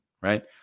Right